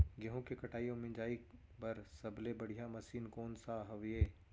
गेहूँ के कटाई अऊ मिंजाई बर सबले बढ़िया मशीन कोन सा हवये?